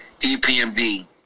EPMD